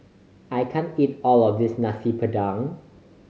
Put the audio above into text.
I can't eat all of this Nasi Padang